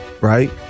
right